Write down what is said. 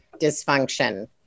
dysfunction